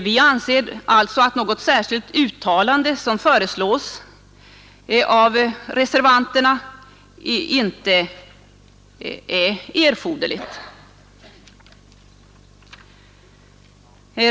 Vi anser alltså att något särskilt uttalande, som föreslås av reservanterna, inte är erforderligt.